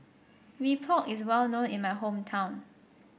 Mee Pok is well known in my hometown